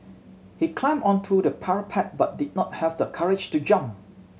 he climbed onto the parapet but did not have the courage to jump